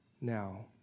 now